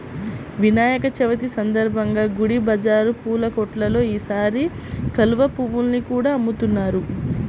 వినాయక చవితి సందర్భంగా గుడి బజారు పూల కొట్టుల్లో ఈసారి కలువ పువ్వుల్ని కూడా అమ్ముతున్నారు